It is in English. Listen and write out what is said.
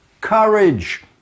courage